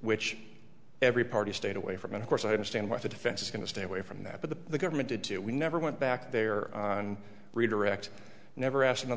which every party stayed away from and of course i understand what the defense is going to stay away from that but the government did to we never went back there on redirect never asked another